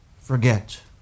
forget